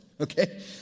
okay